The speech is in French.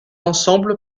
ensemble